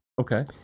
okay